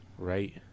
Right